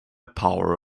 power